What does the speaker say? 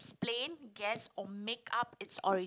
explain guess or make up it's ori~